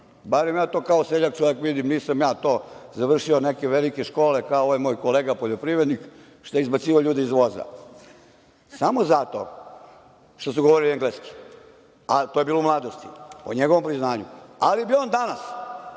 Barem ja to, kao seljak čovek, vidim. Nisam završio neke velike škole kao ovaj moj kolega, poljoprivrednik, što je izbacivao ljude iz voza samo zato što su govorili engleski. To je bilo u mladosti, po njegovom priznanju. On bi danas